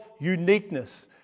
uniqueness